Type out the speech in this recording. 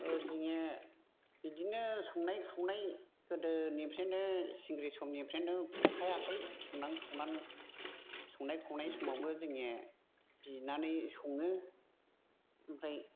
जोङो बिदिनो संनाय खावनाय गोदोनिफ्रायनो सिंग्रि समनिफ्रायनो गखायाखै संनानै खावनानै संनाय खावनाय समावबो जोङो बिनानै सङो ओमफ्राय